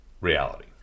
reality